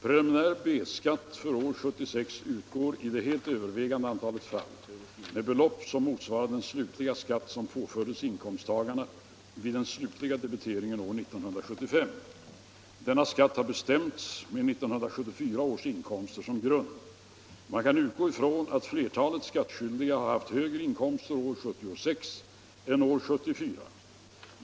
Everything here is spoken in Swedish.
Preliminär B-skatt för år 1976 utgår i det helt övervägande antalet fall med belopp motsvarande den slutliga skatt som påförts inkomsttagarna vid den slutliga debiteringen år 1975. Denna skatt har bestämts med 1974 års inkomster som grund. Man kan utgå ifrån att flertalet skattskyldiga haft högre inkomster år 1976 än år 1974.